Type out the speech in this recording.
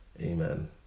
amen